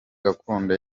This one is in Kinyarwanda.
gakondo